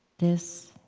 this